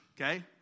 Okay